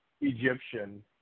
Egyptian